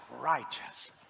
righteous